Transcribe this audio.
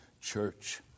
church